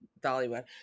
dollywood